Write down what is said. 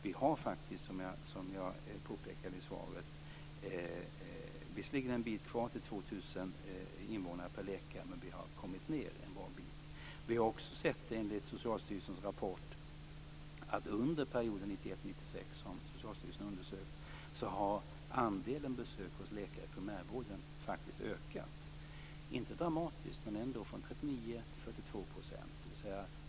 Vi har, som jag påpekade i svaret, visserligen en bit kvar till 2 000 invånare per läkare, men vi har kommit ned en bra bit. Vi har också sett i Socialstyrelsens rapport att under perioden 1991-1996, som Socialstyrelsen har undersökt, har andelen besök hos läkare i primärvården ökat, inte dramatiskt men ändå från 39 till 42 %.